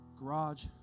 garage